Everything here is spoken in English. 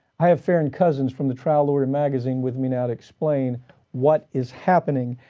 i have farron cousins from the trial lawyer magazine with me now to explain what is happening.